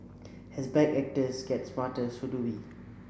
as bad actors get smarter so do we